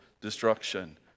destruction